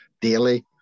daily